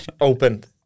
opened